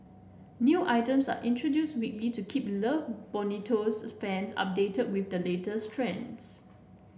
new items are introduced weekly to keep Love Bonito's fans updated with the latest trends